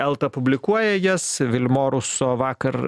elta publikuoja jas vilmoruso vakar